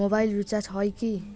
Mobile recharge হয় কি?